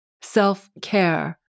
self-care